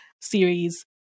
series